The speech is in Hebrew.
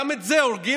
גם את זה הורגים,